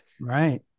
Right